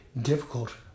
difficult